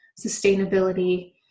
sustainability